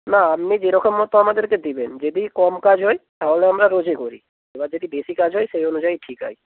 না আপনি যেরকম মতো আমাদেরকে দেবেন যদি কম কাজ হয় তাহলে আমরা রোজে করি এবার যদি বেশি কাজ হয় সেই অনুযায়ী ঠিকায়